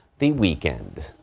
the weekend.